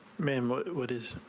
member what is